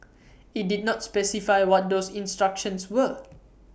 IT did not specify what those instructions were